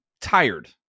tired